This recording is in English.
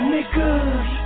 Niggas